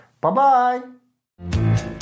Bye-bye